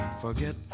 Forget